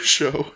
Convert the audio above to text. show